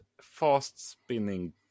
fast-spinning